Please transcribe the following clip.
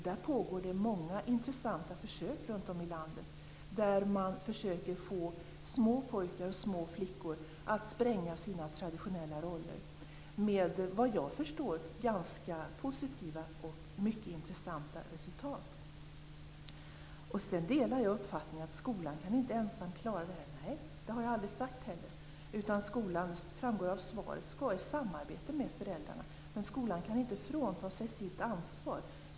Där pågår det många intressanta försök runt om i landet där man försöker få små pojkar och små flickor att spränga sina traditionella roller. Vad jag förstår har man uppnått ganska positiva och mycket intressanta resultat. Sedan delar jag uppfattningen att skolan inte kan klara detta ensam. Det har jag aldrig sagt heller. Det framgår av svaret att skolan skall samarbeta med föräldrarna. Men skolan kan inte frånta sig sitt ansvar.